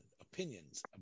opinions